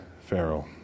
Pharaoh